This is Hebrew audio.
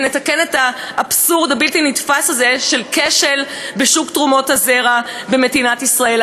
לתקן את האבסורד הבלתי-נתפס הזה של כשל בשוק תרומות הזרע במדינת ישראל.